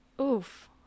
Oof